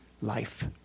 life